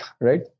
Right